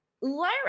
lyra